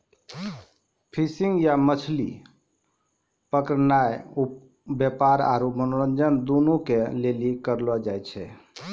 fishing या मछली पकड़नाय व्यापार आरु मनोरंजन दुनू के लेली करलो जाय छै